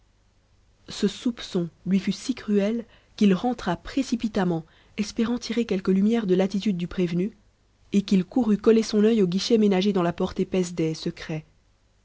ce soupçon lui fut si cruel qu'il rentra précipitamment espérant tirer quelque lumière de l'attitude du prévenu et qu'il courut coller son œil au guichet ménagé dans la porte épaisse des secrets